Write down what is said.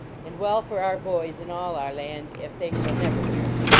and well for our boys in all our land if they shall never hear it.